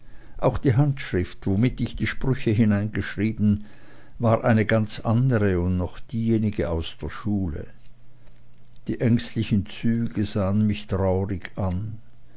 auch die handschrift womit ich die sprüche hineingeschrieben war eine ganz andere und noch diejenige aus der schule die ängstlichen züge sahen mich traurig an